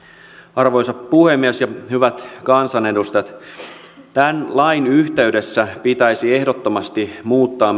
arvoisa puhemies hyvät kansanedustajat tämän lain yhteydessä pitäisi ehdottomasti muuttaa